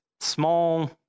small